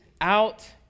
out